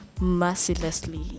mercilessly